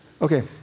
Okay